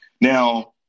Now